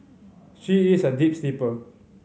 she is a deep sleeper